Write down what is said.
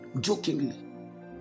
jokingly